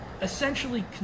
essentially